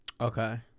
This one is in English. Okay